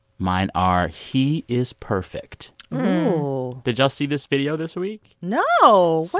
mine are he is perfect oh did y'all see this video this week? no.